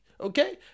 Okay